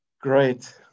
Great